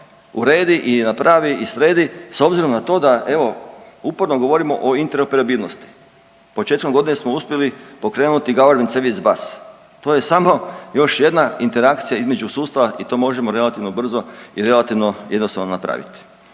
uredi i napravi i sredi s obzirom na to da evo, uporno govorimo o interoperabilnosti. Početkom godine smo uspjeli pokrenuti Govenment Servis Bus. To je samo još jedna interakcija između sustava i to možemo relativno brzo i relativno jednostavno napraviti.